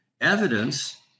Evidence